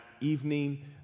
evening